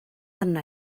arna